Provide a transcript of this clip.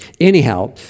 anyhow